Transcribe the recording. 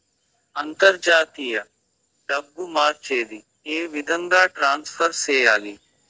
అంతర్జాతీయ డబ్బు మార్చేది? ఏ విధంగా ట్రాన్స్ఫర్ సేయాలి?